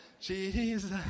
Jesus